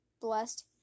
blessed